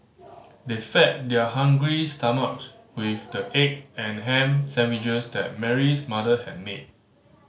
they fed their hungry stomachs with the egg and ham sandwiches that Mary's mother had made